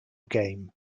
game